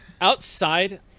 Outside